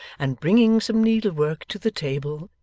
and bringing some needle-work to the table,